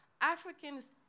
Africans